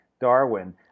Darwin